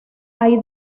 hay